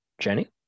Jenny